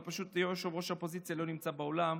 אבל פשוט ראש האופוזיציה לא נמצא באולם.